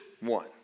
one